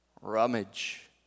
rummage